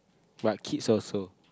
but kids also